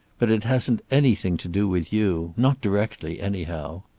but it hasn't anything to do with you. not directly, anyhow.